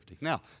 Now